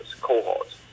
cohorts